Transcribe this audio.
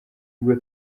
bwo